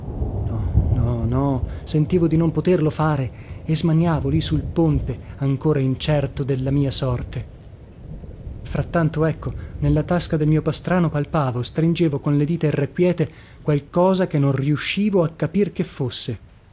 no no sentivo di non poterlo fare e smaniavo lì sul ponte ancora incerto della mia sorte frattanto ecco nella tasca del mio pastrano palpavo stringevo con le dita irrequiete qualcosa che non riuscivo a capir che fosse